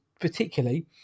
particularly